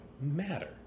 matter